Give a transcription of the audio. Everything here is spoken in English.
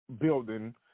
building